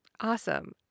Awesome